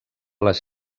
les